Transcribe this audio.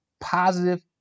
positive